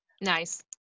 Nice